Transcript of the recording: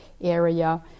area